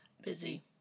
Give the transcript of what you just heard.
busy